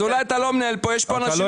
אתה לא הבנת מה הולך כאן.